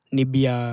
Nibia